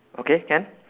okay can